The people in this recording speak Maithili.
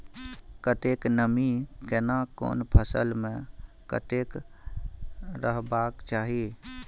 कतेक नमी केना कोन फसल मे कतेक रहबाक चाही?